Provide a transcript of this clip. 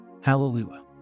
Hallelujah